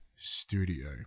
studio